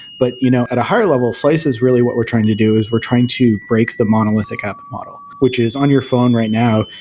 but you know at a higher level, slices really what we're trying to do is we're trying to break the monolithic app model, which is on your phone right now.